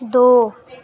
दो